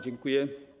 Dziękuję.